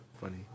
funny